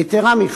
יתירה מכך,